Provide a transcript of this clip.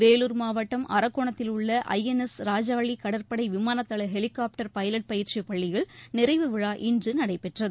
வேலூர் மாவட்டம் அரக்கோணத்தில் உள்ள ஐ என் எஸ் ராஜாளி கடற்படை விமான தள ஹெலிகாப்டர் பைலட் பயிற்சி பள்ளியில் நிறைவு விழா இன்று நடைபெற்றது